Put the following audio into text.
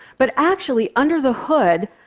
but actually, under the hood,